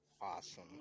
Awesome